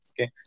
okay